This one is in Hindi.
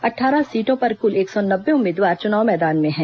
अट्ठारह सीटों पर कुल एक सौ नब्बे उम्मीदवार चुनाव मैदान में हैं